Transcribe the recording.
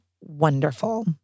wonderful